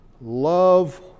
love